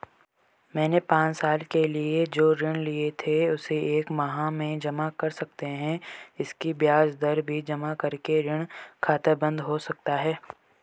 मैंने पांच साल के लिए जो ऋण लिए थे उसे एक माह में जमा कर सकते हैं इसकी ब्याज दर भी जमा करके ऋण खाता बन्द हो सकता है?